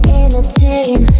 entertain